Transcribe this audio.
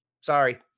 Sorry